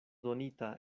donita